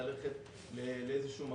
ללכת לאיזשהו מקום,